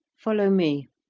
follow me.